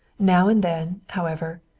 now and then, however,